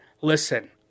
listen